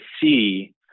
see